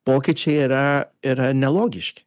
pokyčiai yra yra nelogiški